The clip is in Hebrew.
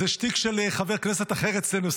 זה שטיק של חבר כנסת אחר אצלנו,